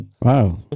Wow